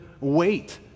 wait